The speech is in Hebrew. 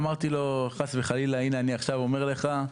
אמרתי לו: חס וחלילה, הינה, אני עכשיו אומר לך,